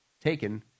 taken